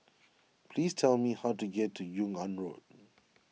please tell me how to get to Yung An Road